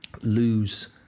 lose